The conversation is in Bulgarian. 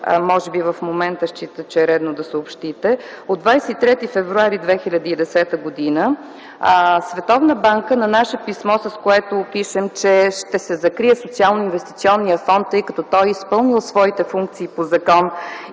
може би в момента считате, че е редно да съобщите. От 23 февруари 2010 г., Световната банка на наше писмо, в което пишем, че ще се закрие Социално-инвестиционния фонд, тъй като той е изпълнил своите функции по закон